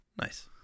Nice